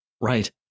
Right